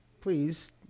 please